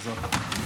אלעזר.